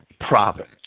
province